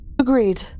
Agreed